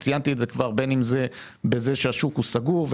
בין אם זה באמצעות זה שהשוק הוא סגור,